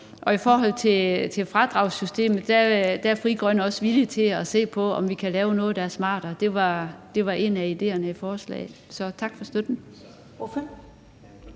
I forhold til fradragssystemet er Frie Grønne også villige til at se på, om vi kan lave noget, der er smartere; det var en af idéerne i forslaget. Så tak for støtten.